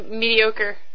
mediocre